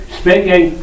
speaking